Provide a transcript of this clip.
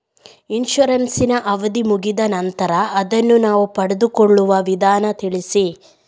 Insurance ನ ಅವಧಿ ಮುಗಿದ ನಂತರ ಅದನ್ನು ನಾವು ಪಡೆದುಕೊಳ್ಳುವ ವಿಧಾನ ತಿಳಿಸಿ?